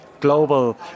global